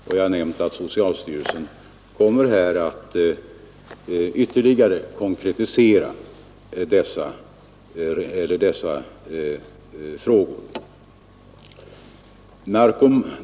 Jag har nämnt att socialstyrelsen kommer att ytterligare konkretisera dessa frågor.